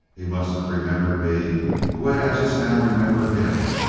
he must of remembered me the way i just now remembered him.